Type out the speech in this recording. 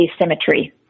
asymmetry